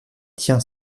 tient